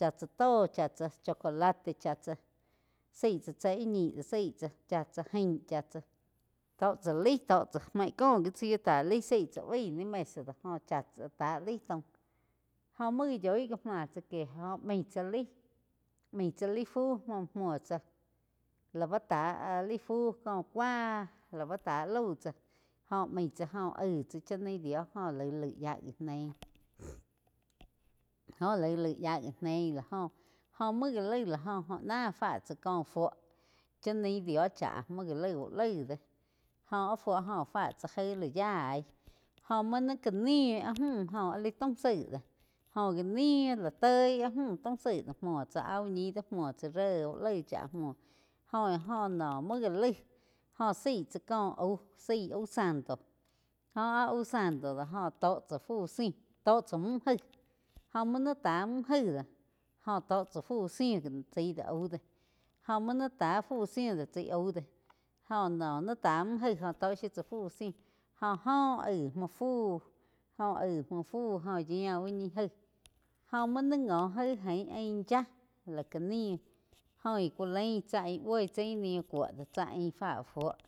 há tsá tó chá tsá, chcolate cha tsá, zaí tsá tsá ih ñi do zaí tsáh chá tzá jain chá tsá tó chá laig tó cha maig cóh gi chi tá laig zaí tsá baí ni mesa do gó chá tsá tá laig taum jo muo yoig má tsá maíg tsáh laí. Maí tsá laí fu múo tsá lá bá tá laí fu có cúa la bu tá lau tzá jóh main tsá jo aig tzá chá naí dio jo laig yáh gi neí jó laig yáh gi neí lá joh jó muo gá laig la óh jo náh fá tsá có fuo chá nai dio chá muo gá laig úh laig dóh. Jo áh fuo óh fá tzá jaí la yaí jóh muo ni ká ní áh mú áh li taym zaig do jóh já ni la tói áh múh taum zaíg do muo tsá áh uh ñi do muo tsá ré úh laig chá muo joh-joh no muo gá laig óh zaí tsá ko aú zaíh au santo jó áh au santo do jo tó cha fu síh tó tsá múh gaí gó muo ni tá múh gaih do óh tó tsá fu zíh gi chaí au do jo uo ni tá fu zíh do chaí auh dó jo noh ni táh múh gai óh tó shiu tsá fu zíh jó óh aig muo fu jó aig muo fu jo yía úh ñi gai go muo ni ngo jai aín yáh lá ká nih jóh íh ku lain tsá aí buoi tsaí ni kuo chá ain fa fuo.